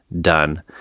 done